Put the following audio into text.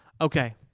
Okay